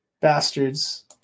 bastards